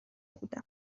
بودم